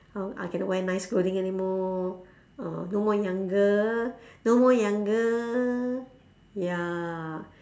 how I cannot wear nice clothing anymore no more younger no more younger ya